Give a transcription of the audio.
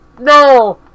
no